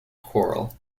quarrel